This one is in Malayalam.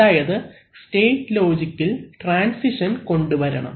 അതായത് സ്റ്റേറ്റ് ലോജിക്കിൽ ട്രാൻസിഷൻ കൊണ്ടുവരണം